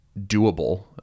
doable